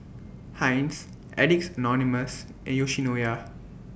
Heinz Addicts Anonymous and Yoshinoya